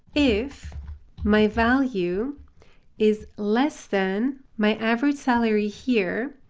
if my value is less than my average salary here,